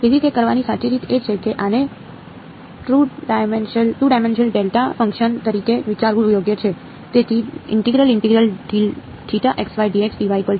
તેથી તે કરવાની સાચી રીત એ છે કે આને ટૂ ડાયમેન્શનલ ડેલ્ટા ફંક્શન તરીકે વિચારવું યોગ્ય છે